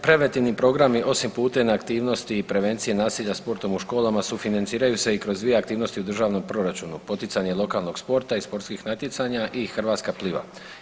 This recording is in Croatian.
Preventivni programi osim … [[Govornik se ne razumije]] aktivnosti i prevencije nasilja sportom u školama sufinanciraju se i kroz dvije aktivnosti u državnom proračunu „Poticanje lokalnog sporta i sportskih natjecanja“ i „Hrvatska pliva“